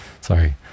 sorry